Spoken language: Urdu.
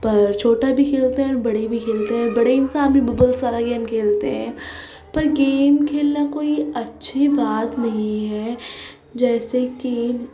پر چھوٹا بھی کھیلتے ہیں اور بڑے بھی کھیلتے ہیں بڑے انسان بھی ببلس والا گیم کھیلتے ہیں پر گیم کھیلنا کوئی اچھی بات نہیں ہے جیسے کہ